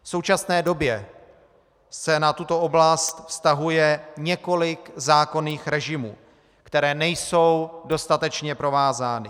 V současné době se na tuto oblast vztahuje několik zákonných režimů, které nejsou dostatečně provázány.